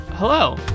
Hello